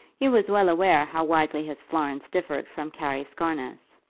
he was well aware how widely his florence differed from carry scarness.